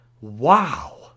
Wow